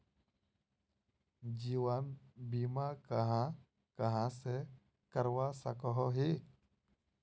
जीवन बीमा कहाँ कहाँ से करवा सकोहो ही?